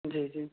جی جی